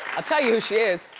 i'll tell you who she is,